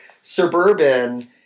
suburban